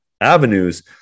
avenues